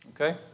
Okay